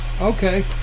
Okay